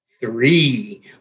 three